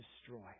destroy